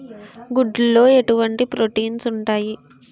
గుడ్లు లో ఎటువంటి ప్రోటీన్స్ ఉంటాయి?